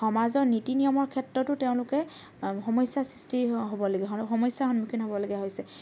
সমাজৰ নীতি নিয়মৰ ক্ষেত্ৰটো তেওঁলোকে সমস্যাৰ সৃষ্টি হ'বলগীয়া সমস্যাৰ সন্মুখীন হ'বলগীয়া হৈছে